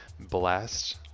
blast